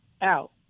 out